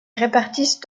répartissent